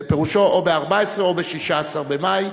פירושו: או ב-14 או ב-16 במאי.